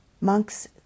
Monks